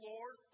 Lord